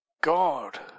God